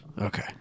Okay